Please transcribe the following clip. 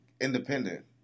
independent